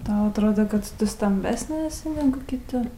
tau atrodė kad tu stambesnė esi negu kiti